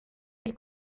que